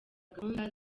gahunda